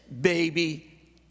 baby